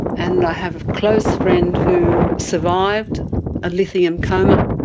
and i have a close friend who survived a lithium coma.